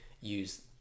use